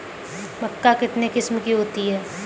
मक्का कितने किस्म की होती है?